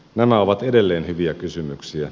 nämä ovat edelleen hyviä kysymyksiä